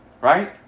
Right